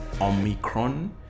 Omicron